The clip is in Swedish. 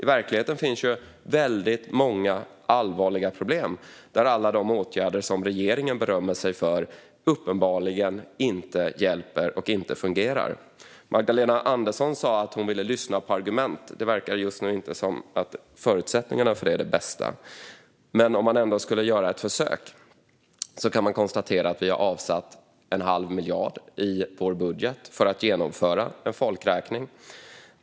I verkligheten finns väldigt många allvarliga problem, där alla de åtgärder som regeringen berömmer sig för uppenbarligen inte hjälper och inte fungerar. Magdalena Andersson sa att hon ville lyssna på argument. Det verkar just nu inte som att förutsättningarna för det är de bästa. Men om man ändå skulle göra ett försök kan man konstatera att vi har avsatt en halv miljard i vår budget för att genomföra en folkräkning.